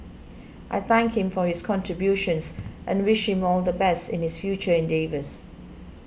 I thank him for his contributions and wish him all the best in his future endeavours